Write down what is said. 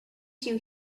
you